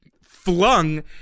flung